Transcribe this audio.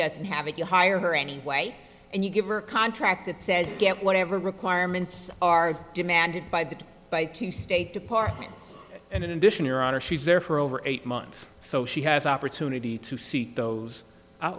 doesn't have it you hire her anyway and you give her a contract that says get whatever requirements are demanded by the by two state departments and in addition your honor she's there for over eight months so she has an opportunity to see those